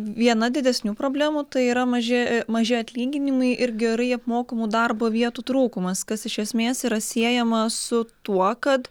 viena didesnių problemų tai yra maži maži atlyginimai ir gerai apmokamų darbo vietų trūkumas kas iš esmės yra siejama su tuo kad